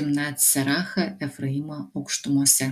timnat serachą efraimo aukštumose